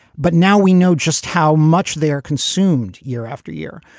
but now we know just how much they're consumed year after year.